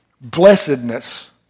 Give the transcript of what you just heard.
Blessedness